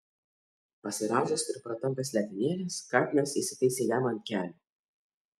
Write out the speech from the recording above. pasirąžęs ir pratampęs letenėles katinas įsitaisė jam ant kelių